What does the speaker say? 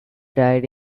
died